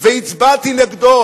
והצבעתי נגדו,